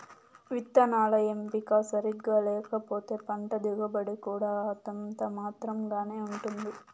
విత్తనాల ఎంపిక సరిగ్గా లేకపోతే పంట దిగుబడి కూడా అంతంత మాత్రం గానే ఉంటుంది